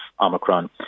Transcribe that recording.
Omicron